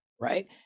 right